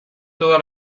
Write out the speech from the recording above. toda